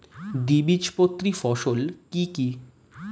দ্বিবীজপত্রী ফসল কি কি?